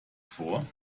vor